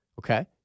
Okay